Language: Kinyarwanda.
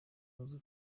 uzwi